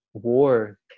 war